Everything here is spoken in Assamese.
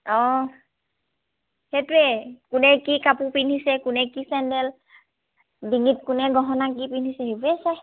অঁ সেইটোৱে কোনে কি কাপোৰ পিন্ধিছে কোনে কি চেণ্ডেল ডিঙিত কোনে গহনা কি পিন্ধিছে সেইবোৰেই চায়